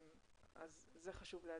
זה חשוב להדגיש.